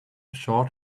short